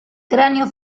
cráneo